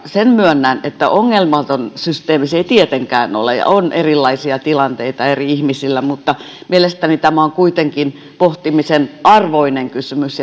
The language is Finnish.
sen myönnän että ongelmaton systeemi se ei tietenkään ole on erilaisia tilanteita eri ihmisillä mutta mielestäni tämä on kuitenkin pohtimisen arvoinen kysymys